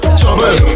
trouble